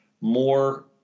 more